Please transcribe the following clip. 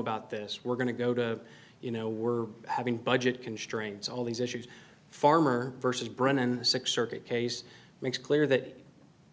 about this we're going to go to you know we're having budget constraints all these issues farmer versus brennan six circuit case makes clear that